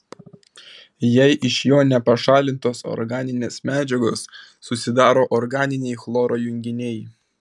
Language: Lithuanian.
jei iš jo nepašalintos organinės medžiagos susidaro organiniai chloro junginiai